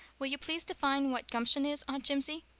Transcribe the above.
will you please define what gumption is, aunt jimsie?